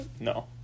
No